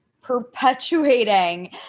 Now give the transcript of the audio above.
perpetuating